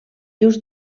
lluç